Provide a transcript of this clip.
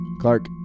Clark